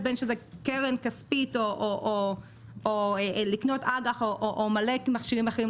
בין שזה קרן כספית או לקנות אג"ח או הרבה מכשירים אחרים,